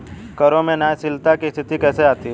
करों में न्यायशीलता की स्थिति कैसे आती है?